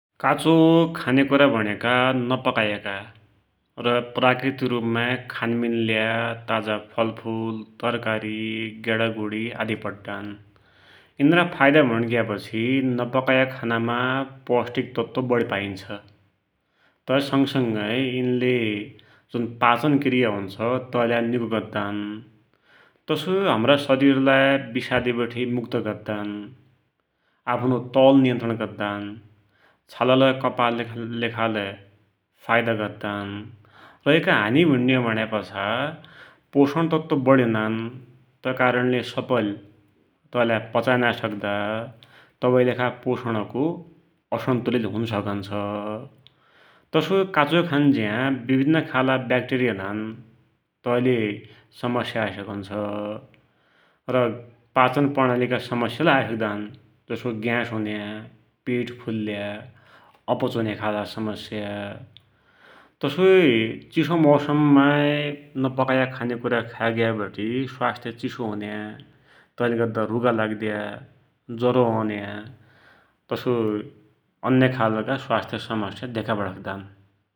काचो खन्याकुरा भुण्याका नपाकायाका, र प्राकृतिक रुपमा खान मिल्या ताजा फलफुल, तरकारी, गेडागुडी आदी पड्डान । यिनरा फइदा भुणिग्यापाछा नपकाया खानामा पौष्टिक तत्व बढी पाइन्छ । तै संगसंगै यिनले पाचन क्रिया हुन्छ तैलाइ निको गद्दान । तसोइ हमरा शरीरलाई विशादिबठे मुक्त राख्दान् । आफ्नो तौल नियन्त्रण गद्दान, छालालै कपालैलेखालै फाइदा गद्दान् । रा ये का हानी भुण्यौ भुण्यापाछा पोषण तत्व बढी हुनान्, तै कारणले सप्पैले तैलाई पचाइ नाइ सक्दा, तबैकिलेखा पोषणको असन्तुलित होन सकुन्छ । तसोइ काचोइ खान्ज्या विभिन्न खालका व्याक्टेरिया हुनान्, तैले समस्या आइ सकन्छ । र पाचन प्रणालीका समस्या लै आइ सक्दान, जसो ग्यास हुन्या, पेट फुल्या, अपच हुन्या खालका समस्या । तसोइ चिसो मौसममा नपकायाका खान्याकुा खाइग्यावटी स्वास्थ्य चिसो हुन्या, तैले गद्दा रुघा लाग्द्या, जरो औन्या, तसोइ अन्य खालका स्वास्थ्य समस्या धेका पडिसक्दान् ।